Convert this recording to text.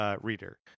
reader